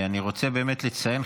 אני רוצה לציין,